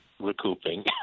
recouping